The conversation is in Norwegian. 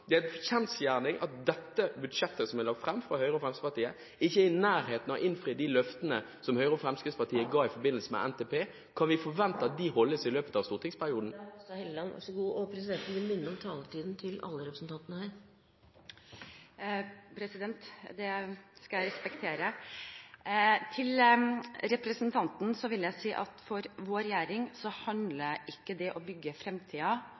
Det er en kjensgjerning at dette budsjettet som er lagt fram av Høyre og Fremskrittspartiet, ikke er i nærheten av å innfri de løftene som Høyre og Fremskrittspartiet ga i forbindelse med NTP. Kan vi forvente at de holdes i løpet av stortingsperioden? Presidenten vil minne alle representantene om taletiden. Det skal jeg respektere. Til representanten Eidsvoll Holmås vil jeg si at for vår regjering handler ikke det å bygge